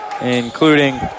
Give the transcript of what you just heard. including